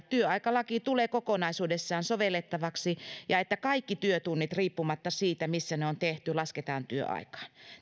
työaikalaki tulee kokonaisuudessaan sovellettavaksi ja että kaikki työtunnit riippumatta siitä missä ne on tehty lasketaan työaikaan